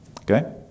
Okay